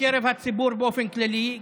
בקרב הציבור באופן כללי,